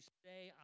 say